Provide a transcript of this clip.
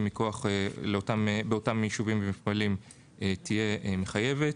מכוח באותם יישובים ומפעלים תהיה מחייבת.